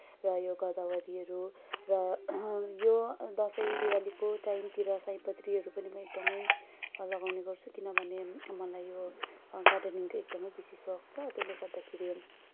र यो गदावरीहरू र यो दसैँ दिवालीको टाइमतिर सयपत्रीहरू पनि म एकदमै लगाउने गर्छु किनभने मलाई यो गार्डेनिङको एकदमै बेसी सोख छ त्यसले गर्दाखेरि